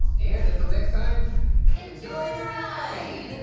and, until next time enjoy the ride!